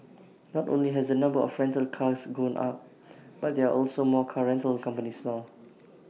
not only has the number of rental cars gone up but there are also more car rental companies now